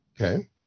Okay